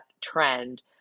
trend